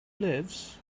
lives